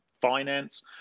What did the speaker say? finance